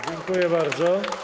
Dziękuję bardzo.